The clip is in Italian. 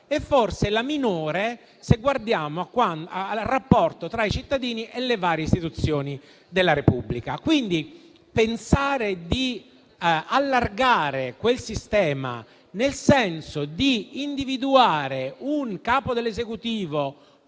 è forse la minore se guardiamo al rapporto tra i cittadini e le varie istituzioni della Repubblica. Pertanto, allargare quel sistema, nel senso di individuare un capo dell'Esecutivo